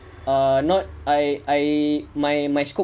uh not I I my my scope